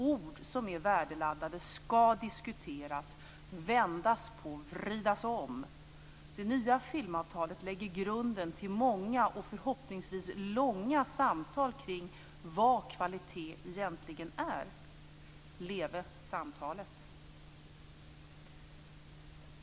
Ord som är värdeladdade ska diskuteras, vändas på och vridas om. Det nya filmavtalet lägger grunden till många och förhoppningsvis långa samtal kring vad kvalitet egentligen är. Leve samtalet!